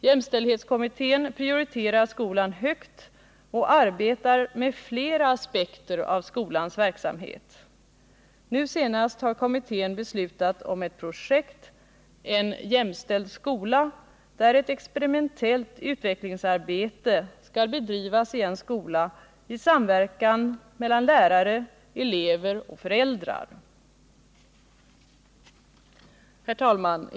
Jämställdhetskommittén prioriterar skolan högt och arbetar med flera aspekter av skolans verksamhet. Nu senast har kommittén beslutat om ett projekt — en jämställd skola. Ett experimentellt utvecklingsarbete skall bedrivas i en skola i samverkan mellan lärare, elever och föräldrar. Herr talman!